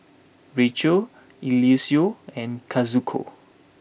Rachelle Eliseo and Kazuko